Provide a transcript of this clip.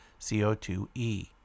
CO2e